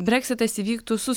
breksitas įvyktų su